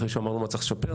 אחרי שאמרנו מה צריך לשפר,